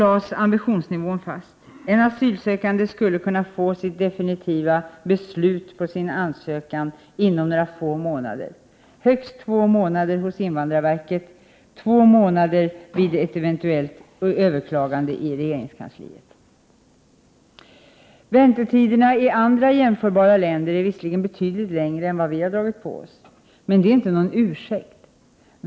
1988/89:125 ambitionsnivån fast: en asylsökande skulle kunna få sitt definitiva beslut på — 31 maj 1989 sin ansökan inom några få månader, högst två månader hos invandrarverket och två månader i regeringskansliet vid ett eventuellt överklagande. Väntetiderna i andra jämförbara länder är visserligen betydligt längre än vad vi dragit på oss. Men det är inte någon ursäkt.